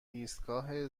ایستگاه